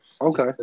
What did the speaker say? Okay